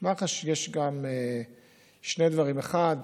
מח"ש יש גם שני דברים: אחד,